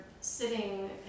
sitting